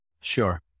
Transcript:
Sure